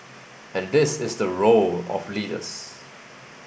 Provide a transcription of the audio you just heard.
and this is the role of leaders